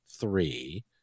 three